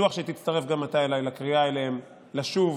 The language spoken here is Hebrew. בטוח שתצטרף גם אתה אליי לקריאה אליהם לשוב